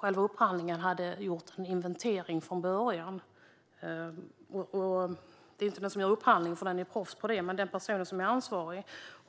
som gjorde upphandlingen hade gjort en inventering från början. Det gäller inte den som gör upphandlingen, som är proffs på det, utan den person som är ansvarig.